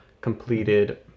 completed